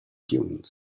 dunes